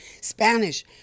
Spanish